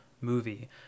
movie